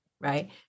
right